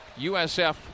USF